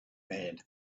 made